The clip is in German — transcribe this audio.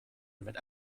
damit